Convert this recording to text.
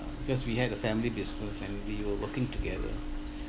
because we had a family business and we were working together